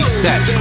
set